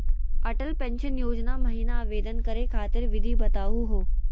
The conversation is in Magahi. अटल पेंसन योजना महिना आवेदन करै खातिर विधि बताहु हो?